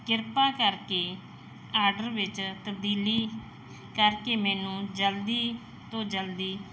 ਕਿਰਪਾ ਕਰਕੇ ਆਰਡਰ ਵਿੱਚ ਤਬਦੀਲੀ ਕਰਕੇ ਮੈਨੂੰ ਜਲਦੀ ਤੋਂ ਜਲਦੀ